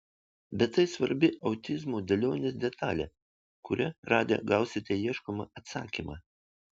bet tai svarbi autizmo dėlionės detalė kurią radę gausite ieškomą atsakymą